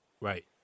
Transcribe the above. Right